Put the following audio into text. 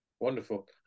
Wonderful